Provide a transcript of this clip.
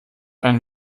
einen